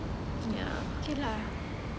ya